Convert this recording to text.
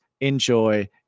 Enjoy